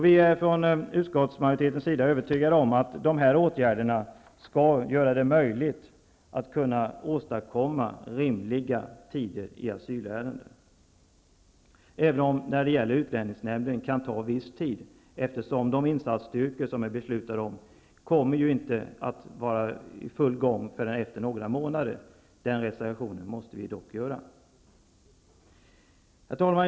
Vi från utskottsmajoriteten är övertygade om att dessa åtgärder skall göra det möjligt att åstadkomma rimliga tider för handläggning av asylärenden, även om det när det gäller utlänningsnämnden kan ta viss tid, eftersom de beslutade insatsstyrkorna inte kommer att vara i full gång förrän efter några månader. Den reservationen måste vi dock göra. Herr talman!